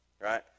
right